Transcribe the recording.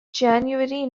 january